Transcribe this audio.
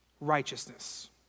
righteousness